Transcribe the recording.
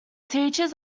teaches